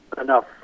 enough